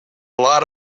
lot